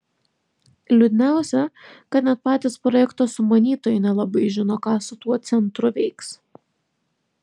liūdniausia kad net patys projekto sumanytojai nelabai žino ką su tuo centru veiks